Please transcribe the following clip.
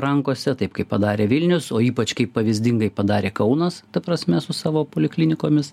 rankose taip kaip padarė vilnius o ypač kaip pavyzdingai padarė kaunas ta prasme su savo poliklinikomis